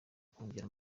kongera